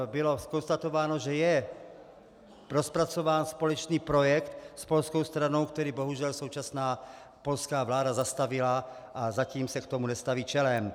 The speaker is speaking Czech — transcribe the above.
Bylo konstatováno, že je rozpracován společný projekt s polskou stranou, který bohužel současná polská vláda zastavila, a zatím se k tomu nestaví čelem.